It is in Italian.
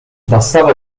bastava